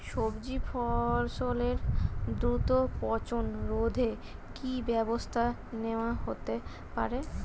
সবজি ফসলের দ্রুত পচন রোধে কি ব্যবস্থা নেয়া হতে পারে?